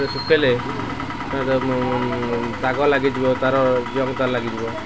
ସେ ଶୁଖେଇଲେ ଦାଗ ଲାଗିଯିବ ତା'ର ଲାଗିଯିବ